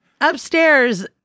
Upstairs